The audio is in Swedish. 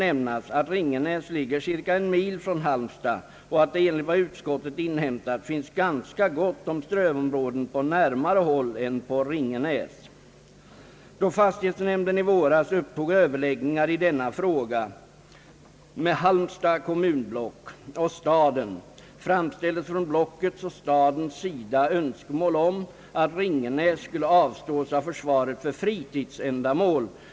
nämnas att Ringenäs lig ger cirka en och en halv mil från Halmstad och att det, enligt vad utskottet inhämtat, finns ganska gott om strövområden på närmare håll än på Ringenäs. Då fastighetsnämnden i våras upptog överläggningar i denna fråga med Halmstads kommunblock och staden, framställdes från blockets och stadens sida önskemål om att Ringenäs skulle avstås av försvaret för fritidsändamål.